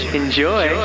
enjoy